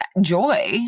joy